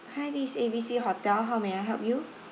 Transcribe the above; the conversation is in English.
hi this is A B C hotel how may I help you